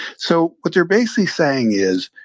so what they're basically saying is,